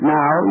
now